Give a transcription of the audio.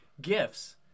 gifts